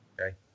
okay